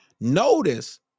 Notice